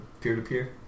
Peer-to-peer